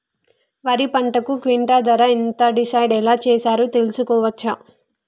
వరి పంటకు క్వింటా ధర ఎంత డిసైడ్ ఎలా చేశారు తెలుసుకోవచ్చా?